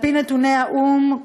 על-פי נתוני האו"ם,